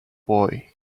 boy